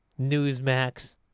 Newsmax